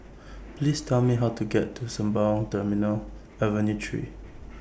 Please Tell Me How to get to Sembawang Terminal Avenue three